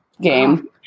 game